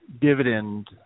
dividend